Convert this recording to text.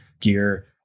gear